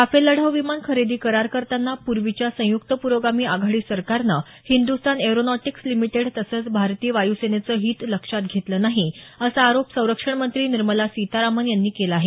Rafale लढाऊ विमान खरेदी करार करताना पूर्वीच्या संयुक्त पूरोगामी आघाडी सरकारनं हिंदस्तान एअरोनॉटिक्स लिमीटेड तसंच भारतीय वायुसेनेचं हित लक्षात घेतलं नाही असा आरोप संरक्षणमंत्री निर्मला सीतारामन यांनी केला आहे